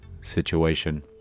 situation